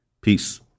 peace